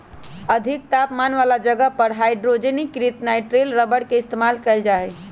अधिक तापमान वाला जगह पर हाइड्रोजनीकृत नाइट्राइल रबर के इस्तेमाल कइल जा हई